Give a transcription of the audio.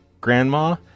grandma